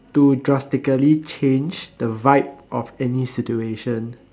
to drastically change the vibe of any situation